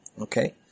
okay